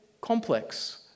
complex